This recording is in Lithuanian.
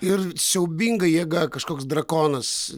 ir siaubinga jėga kažkoks drakonas